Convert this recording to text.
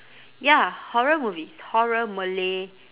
ya horror movies horror malay